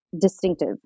distinctive